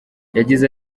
yagize